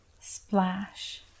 splash